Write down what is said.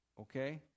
okay